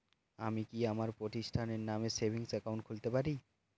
আমি কি আমার প্রতিষ্ঠানের নামে সেভিংস একাউন্ট খুলতে পারি?